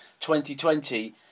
2020